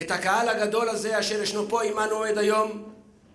את הקהל הגדול הזה אשר ישנו פה עמנו עד היום